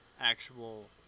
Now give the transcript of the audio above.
actual